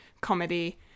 comedy